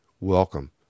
Welcome